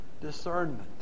discernment